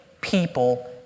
people